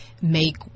make